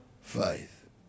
faith